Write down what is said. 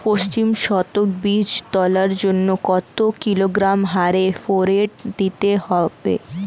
পঁচিশ শতক বীজ তলার জন্য কত কিলোগ্রাম হারে ফোরেট দিতে হবে?